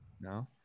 No